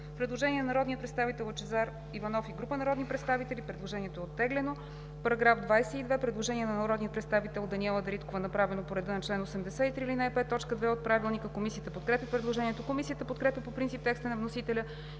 Предложение на народния представител Лъчезар Иванов и група народни представители. Комисията подкрепя по принцип предложението. Предложение на народния представител Даниела Дариткова, направено по реда на чл. 83, ал. 5, т. 2 от Правилника. Комисията подкрепя предложението. Комисията подкрепя по принцип текста на вносителя